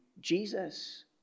Jesus